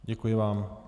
Děkuji vám.